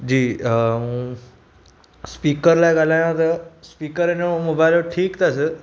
जी ऐं स्पीकर लाइ ॻाल्हायां त स्पीकर हिनजो मोबाइल जो ठीकु अथसि